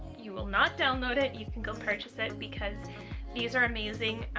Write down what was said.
you will not download it, you can go purchase it because these are amazing.